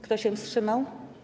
Kto się wstrzymał?